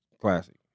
classic